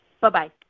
Bye-bye